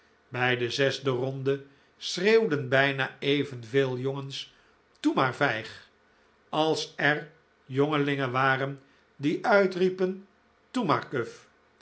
bij de zesde ronde schreeuwden bijna evenveel jongens toe maar vijg als er jongelingen waren die uitriepen